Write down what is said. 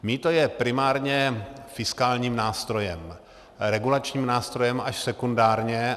Mýto je primárně fiskálním nástrojem, regulačním nástrojem až sekundárně.